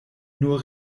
nur